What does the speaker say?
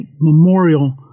memorial